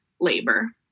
labor